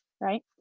right